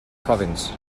province